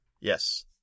Yes